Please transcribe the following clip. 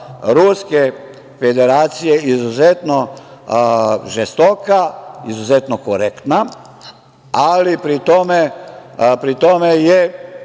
Ruske Federacije izuzetno žestoka, izuzetno korektna, ali pri tome je